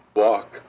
walk